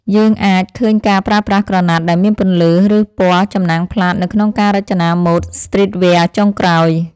យើងអាចឃើញការប្រើប្រាស់ក្រណាត់ដែលមានពន្លឺ ឬពណ៌ចំណាំងផ្លាតនៅក្នុងការរចនាម៉ូដស្ទ្រីតវែរចុងក្រោយ។